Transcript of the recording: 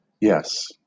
yes